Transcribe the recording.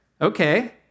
Okay